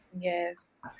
Yes